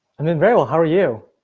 and i'm very well, how are you?